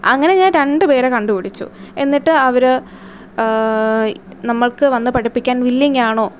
അങ്ങനെ ഞാൻ രണ്ട് പേരെ കണ്ട് പിടിച്ചു എന്നിട്ട് അവർ നമ്മൾക്ക് വന്ന് പഠിപ്പിക്കാൻ വില്ലിങ്ങാണോ